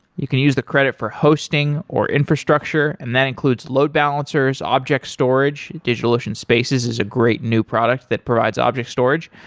you can use the credit for hosting, or infrastructure and that includes load balancers, object storage, digitalocean spaces is a great new product that provides object storage,